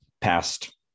past